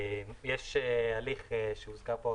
יש הליך RIA שהוזכר פה,